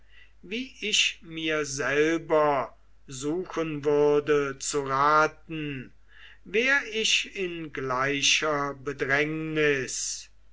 wie ich mir selber suchen würde zu raten wär ich in gleicher bedrängnis